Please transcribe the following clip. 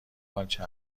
آنچه